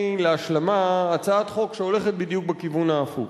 להשלמה הצעת חוק שהולכת בדיוק בכיוון ההפוך.